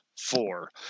Four